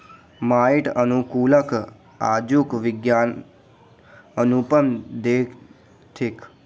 माइट अनुकूलक आजुक विज्ञानक अनुपम देन थिक